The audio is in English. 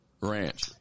ranch